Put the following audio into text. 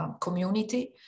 community